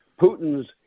Putin's